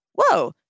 Whoa